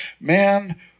Man